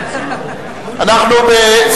אוקיי,